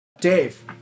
Dave